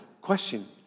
question